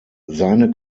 seine